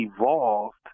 evolved